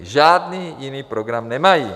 Žádný jiný program nemají.